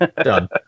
Done